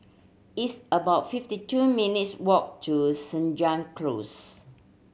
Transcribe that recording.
it's about fifty two minutes' walk to Senja Close